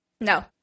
no